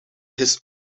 his